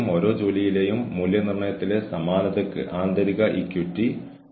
അതിനാൽ കരിയർ പുരോഗതിയുടെ പാത വ്യക്തമായിരിക്കണം